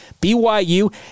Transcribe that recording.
BYU